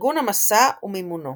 ארגון המסע ומימונו